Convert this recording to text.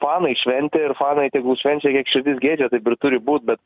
fanai šventė ir fanai tegul švenčia kiek širdis geidžia taip ir turi būt bet